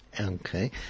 Okay